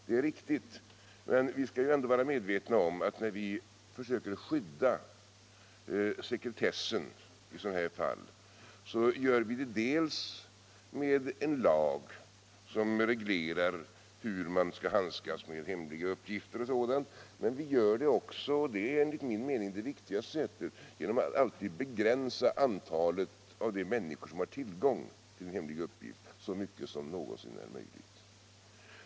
Det är riktigt, men vi skall ändå vara medvetna om att när vi försöker skydda sekretessen i sådana fall gör vi det med en lag som reglerar hur man skall handskas med hemliga uppgifter och sådant, men vi gör det också, och det är enligt min mening det viktigaste, genom att alltid, så mycket som det någonsin är möjligt, begränsa antalet av de människor som har tillgång till en hemlig uppgift.